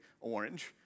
orange